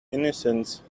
innocence